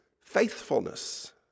faithfulness